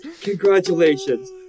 Congratulations